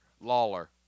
Lawler